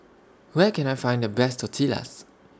Where Can I Find The Best Tortillas